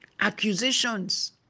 Accusations